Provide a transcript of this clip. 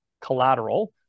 collateral